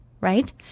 right